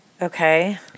Okay